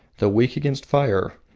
though weak against fire,